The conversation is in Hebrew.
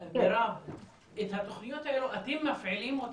את התוכניות האלה אתם מפעילים,